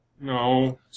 No